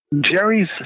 Jerry's